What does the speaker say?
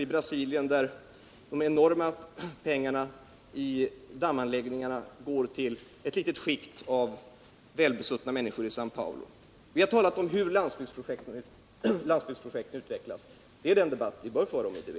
1 Brasilien, där de enorma pengar som satsas I dammanläggningar går till ett litet skikt av besuttna människor i Säo Paulo, och vi har talat om hur landsbygdsprojekten utvecklas. Det är den debatten som bör föras om IDB.